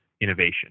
innovation